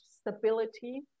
stability